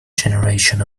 generation